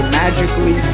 magically